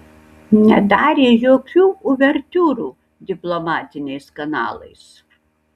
nedarė jokių uvertiūrų diplomatiniais kanalais